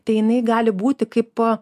tai jinai gali būti kaip